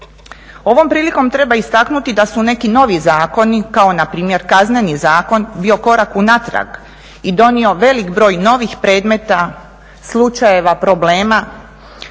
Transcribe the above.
Ovom prilikom treba istaknuti da su neki novi zakoni kao npr. Kazneni zakon bio korak unatrag i donio velik broj novih predmeta, slučajeva, problema